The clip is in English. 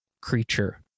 creature